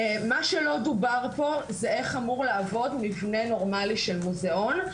מה שלא דובר פה זה איך אמור לעבוד מבנה נורמלי של מוזיאון.